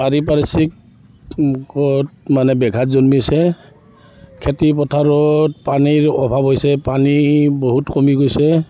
পাৰিপাৰ্শ্বিক মানে ব্যাঘাত জন্মিছে খেতি পথাৰত পানীৰ অভাৱ হৈছে পানী বহুত কমি গৈছে